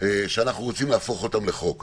שאנחנו רוצים להפוך אותם לחוק.